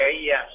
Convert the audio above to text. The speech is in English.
yes